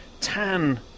tan